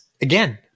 Again